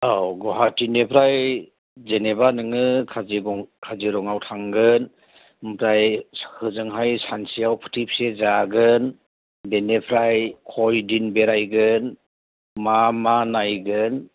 औ गुवाहाटिनिफ्राय जेनेबा नोङो काजिरङायाव थांगोन ओमफ्राय होजोंहाय सानसेयाव बोथिबेसे जागोन बेनिफ्राय खैदिन बेरायगोन मा मा नायगोन